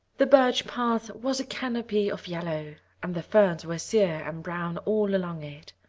the birch path was a canopy of yellow and the ferns were sear and brown all along it.